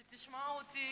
התשע"ח 2018,